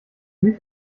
mich